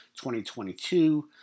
2022